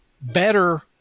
better